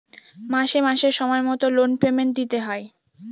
মাসে মাসে সময় মতো লোন পেমেন্ট দিতে হয়